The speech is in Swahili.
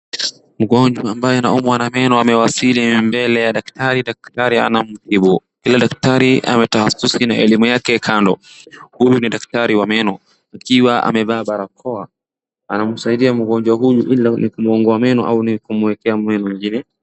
Mgonjwa ambaye anaumwa na meno amewasili mbele ya daktari, daktari anamtibu, daktari ameweka utahasusi na elimu yake kando, huyu ni daktari wa meno akiwa amevaa barakoa, anamsaidia mgonjwa huyu kumng'oa ama kumwekea meno ingine.